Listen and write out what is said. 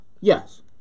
Yes